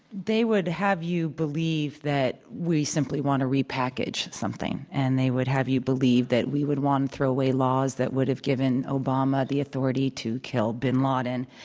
they would have you believe that we simply want to repackage something, and they would have you believe that we would want to throw away laws that would have given obama the authority to kill bin laden.